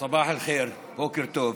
סבאח אל-ח'יר, בוקר טוב.